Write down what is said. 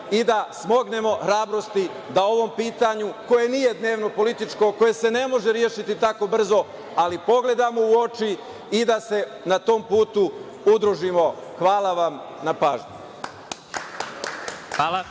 i da smognemo hrabrosti da ovom pitanju, koje nije dnevno političko, koje se ne može rešiti tako brzo, ali da se pogledamo u oči i da se na tom putu udružimo. Hvala vam na pažnji.